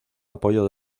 apoyo